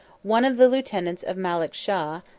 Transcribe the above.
one of the lieutenants of malek shah,